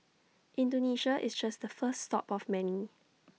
Indonesia is just the first stop of many